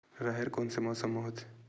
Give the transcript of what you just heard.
राहेर कोन से मौसम म होथे?